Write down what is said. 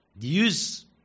Use